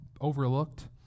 overlooked